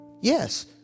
yes